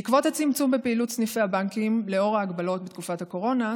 בעקבות הצמצום בפעילות סניפי הבנקים לנוכח ההגבלות בתקופת הקורונה,